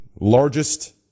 Largest